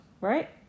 right